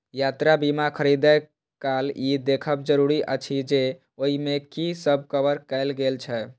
यात्रा बीमा खरीदै काल ई देखब जरूरी अछि जे ओइ मे की सब कवर कैल गेल छै